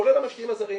כולל המשקיעים הזרים.